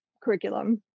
curriculum